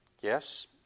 Yes